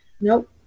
Nope